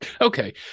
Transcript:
Okay